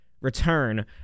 return